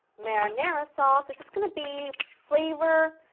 marinara sauce, this is going to be flavor,